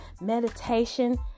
Meditation